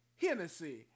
Hennessy